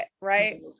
right